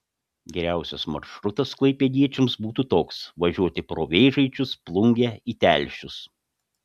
geriausias maršrutas klaipėdiečiams būtų toks važiuoti pro vėžaičius plungę į telšius